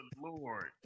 Lord